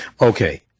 Okay